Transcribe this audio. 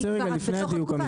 כי כבר את בתוך התקופה,